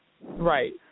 Right